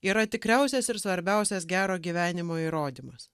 yra tikriausias ir svarbiausias gero gyvenimo įrodymas